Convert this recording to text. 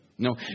No